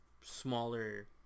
smaller